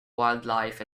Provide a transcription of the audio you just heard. wildlife